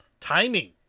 Timing